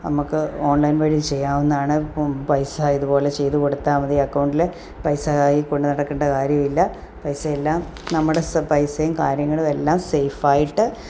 നമുക്ക് ഓൺലൈൻ വഴി ചെയ്യാവുന്നതാണ് പൈസ ഇതുപോലെ ചെയ്ത് കൊടുത്താൽ മതി അക്കൗണ്ടിൽ പൈസ കൈയിൽ കൊണ്ടു നടക്കേണ്ട കാര്യമില്ല പൈസയെല്ലാം നമ്മുടെ സ് പൈസയും കാര്യങ്ങളും എല്ലാം സെയ്ഫായിട്ട്